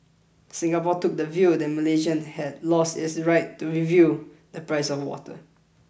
Singapore took the view that Malaysia had lost its right to review the price of water